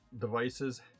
devices